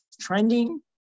trending